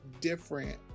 different